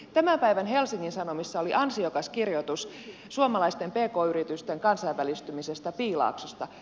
tämän päivän helsingin sanomissa oli ansiokas kirjoitus suomalaisten pk yritysten kansainvälistymisestä piilaaksossa